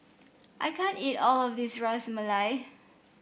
I can't eat all of this Ras Malai